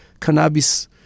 cannabis